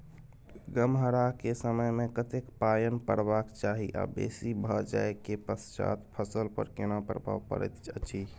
गम्हरा के समय मे कतेक पायन परबाक चाही आ बेसी भ जाय के पश्चात फसल पर केना प्रभाव परैत अछि?